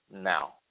now